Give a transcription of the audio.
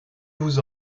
vous